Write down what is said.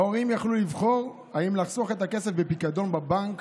ההורים יכלו לבחור האם לחסוך את הכסף בפיקדון בבנק,